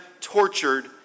tortured